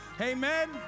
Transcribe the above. Amen